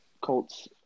Colts